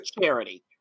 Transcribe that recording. charity